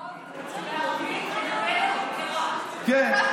אוסאמה, זה כמו הנרייטה סאלד, כן.